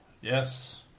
Yes